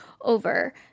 over